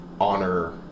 honor